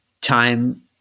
time